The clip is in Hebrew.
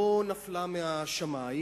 לא נפלה מהשמים,